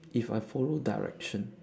if I follow direction